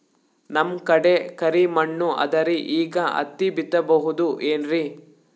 ನಮ್ ಕಡೆ ಕರಿ ಮಣ್ಣು ಅದರಿ, ಈಗ ಹತ್ತಿ ಬಿತ್ತಬಹುದು ಏನ್ರೀ?